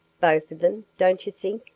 both of them, don't you think?